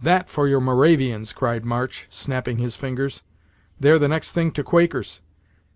that for your moravians! cried march, snapping his fingers they're the next thing to quakers